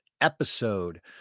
episode